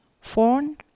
phone